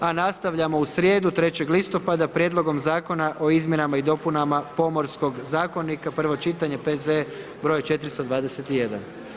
A nastavljamo u srijedu, 3. listopada Prijedlogom zakona o Izmjenama i dopunama Pomorskog zakonika, prvo čitanje, P.Z.E. br. 421.